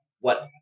what-